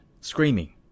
screaming